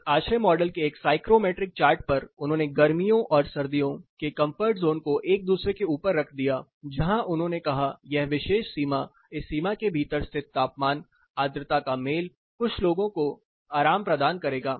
इस आश्रय मॉडल के एक साइक्रोमेट्रिक चार्ट पर उन्होंने गर्मियों और सर्दियों के कंफर्ट जोन को एक दूसरे के ऊपर रख दिया जहां उन्होंने कहा यह विशेष सीमा इस सीमा के भीतर स्थित तापमान आर्द्रता का मेल कुछ लोगों को आराम प्रदान करेगा